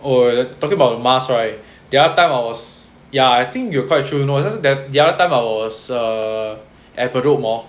oh you talking about mask right the other time I was ya I think you are quite true no there is the other time I was err at bedok mall